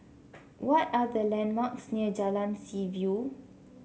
what are the landmarks near Jalan Seaview